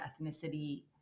ethnicity